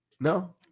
no